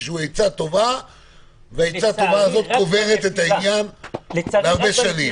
עצה טובה והעצה הטובה הזאת קוברת את העניין להרבה שנים.